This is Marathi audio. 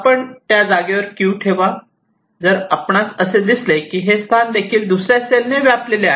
आपण त्या जागेवर 'q' ठेवा जर आपणास असे दिसते की हे स्थान देखील दुसर्या सेलने व्यापलेले आहे